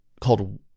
called